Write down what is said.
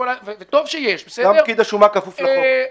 וטוב שיש --- גם פקיד השומה כפוף לחוק.